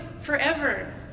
forever